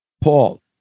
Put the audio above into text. Paul